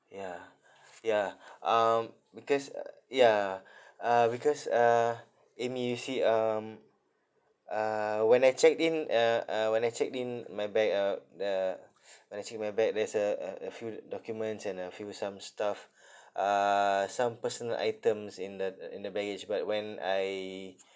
ya ya um because uh ya uh because uh amy you see um uh when I checked in uh uh when I checked in my bag uh the when I check my bag there's a a a few documents and a few some stuff uh some personal items in the in the baggage but when I